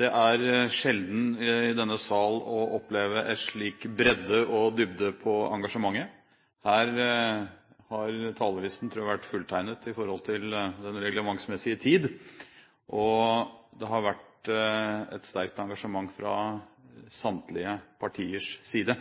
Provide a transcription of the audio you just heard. Det er sjelden i denne sal å oppleve en slik bredde og dybde på engasjementet. Her tror jeg talerlisten har vært fulltegnet i forhold til den reglementsmessige tid for interpellasjoner, og det har vært et sterkt engasjement fra samtlige partiers side.